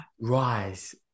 Rise